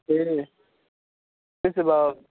ए त्यसो भए